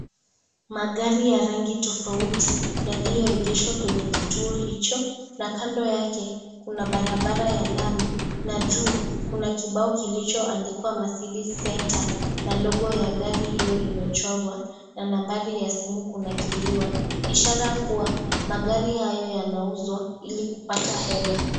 Magari ya rangi tofauti yaliyo egeshwa kwenye kituo hicho kando yake kuna barabara ya lami na juu kuna kibao kilichoandikwa Mercedes Center na Logo ya gari hiyo imechorwa na nambari ya simu kunakiliwa ishara kuwa magari hayo yanauzwa ili kupata hela.